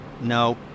No